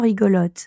rigolote